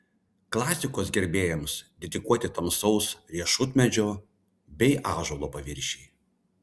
klasikos gerbėjams dedikuoti tamsaus riešutmedžio bei ąžuolo paviršiai